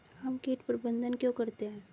हम कीट प्रबंधन क्यों करते हैं?